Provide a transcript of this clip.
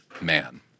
man